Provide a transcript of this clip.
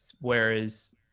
Whereas